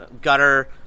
Gutter